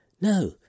No